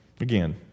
Again